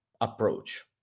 approach